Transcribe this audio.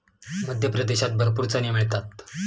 मध्य प्रदेशात भरपूर चणे मिळतात